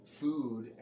food